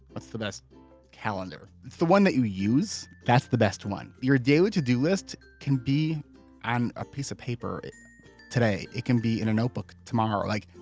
what's the best calendar it's the one that you use. that's the best one! your daily to-do list can be on a piece of paper today. it can be in a notebook tomorrow. like,